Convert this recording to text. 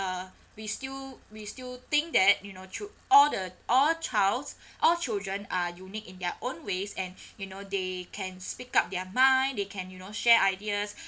uh we still we still think that you know child~ all the all childs all children are unique in their own ways and you know they can speak up their mind they can you know share ideas